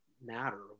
matter